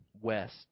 west